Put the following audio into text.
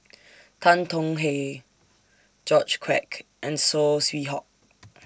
Tan Tong Hye George Quek and Saw Swee Hock